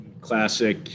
classic